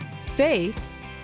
Faith